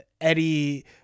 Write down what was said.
Eddie